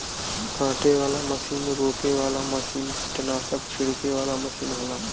काटे वाला मसीन रोपे वाला मसीन कीट्नासक छिड़के वाला मसीन होला